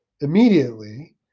Immediately